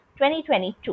2022